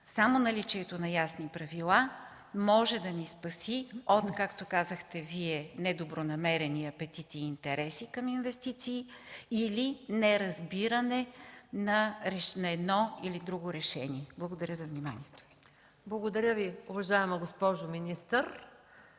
само наличието на ясни правила може да ни спести, както казахте и Вие, недобронамерени апетити и интереси към инвестиции или неразбиране на едно или друго решение. Благодаря за вниманието. ПРЕДСЕДАТЕЛ МАЯ МАНОЛОВА: Благодаря Ви, уважаема госпожо министър.